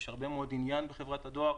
יש הרבה מאוד עניין בחברת הדואר,